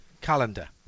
calendar